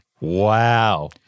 Wow